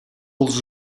els